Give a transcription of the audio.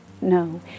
No